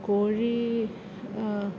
കോഴി